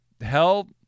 hell